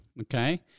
Okay